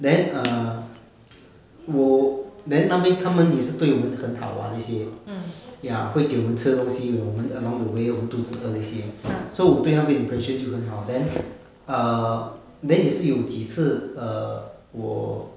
then err 我 then 那边他们也对我很好啊那些 ya 会给我们吃东西我们 along the way 我们肚子饿这些 so 我对那边的 impression 很好 then err then 也是有几次 err 我